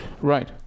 right